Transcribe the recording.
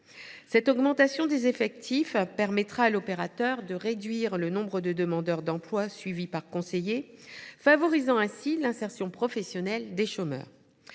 Cette augmentation des effectifs permettra à l’opérateur de réduire le nombre de demandeurs d’emploi suivis par conseiller, favorisant ainsi l’insertion professionnelle des chômeurs.